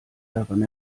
daran